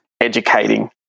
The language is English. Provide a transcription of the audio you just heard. educating